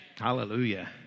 Hallelujah